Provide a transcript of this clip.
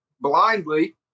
blindly